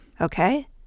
Okay